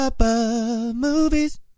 Movies